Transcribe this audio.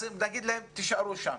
נגיד להם שיישארו שם.